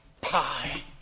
pie